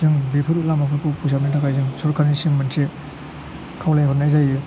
जों बेफोर लामाफोरखौ फोसाबनो थाखाय जों सरकारनिसिम मोनसे खावलाय हरनाय जायो